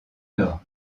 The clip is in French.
nord